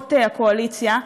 מפלגות הקואליציה.